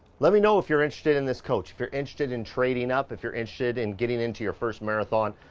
let me know if you're interested in this coach, if you're interested in trading up, if you're interested in getting into your first marathon,